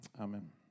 Amen